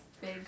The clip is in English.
big